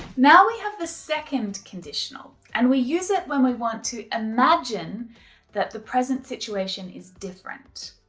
now we have the second conditional and we use it when we want to imagine that the present situation is different.